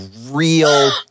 real